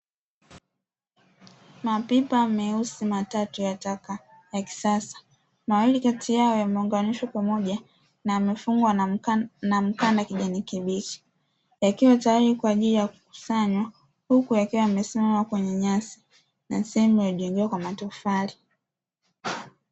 Mapipa meusi matatu ya taka ya kisasa mawili, kati yao yameunganishwa pamoja na yamefungwa na mkanda kijani kibichi, yakiwa tayari kwa ajili ya kukusanywa huku yakiwa yamesimama kwenye nyasi na sehemu iliyojengewa kwa matofali.